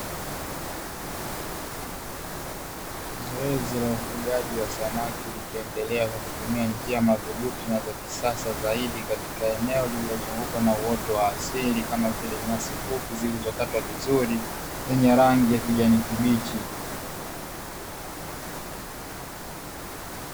Zoezi la ufugaji wa samaki likiendelea kwa kutumia njia madhubuti na za kisasa zaidi katika eneo lililozungukwa na uoto wa asili kama vile nyasi fupi zilizo katwa vizuri, zenye rangi ya kijani kibichi.